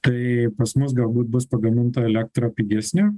tai pas mus galbūt bus pagaminta elektra pigesnė